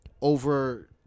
over